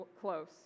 close